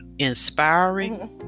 Inspiring